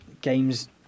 games